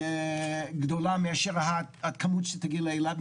מאשר הכמות שתגיע לאילת,